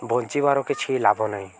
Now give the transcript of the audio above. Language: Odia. ବଞ୍ଚିବାର କିଛି ଲାଭ ନାହିଁ